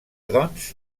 doncs